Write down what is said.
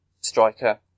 striker